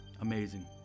amazing